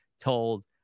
told